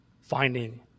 finding